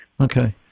Okay